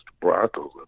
Broncos